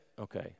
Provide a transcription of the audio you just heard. Okay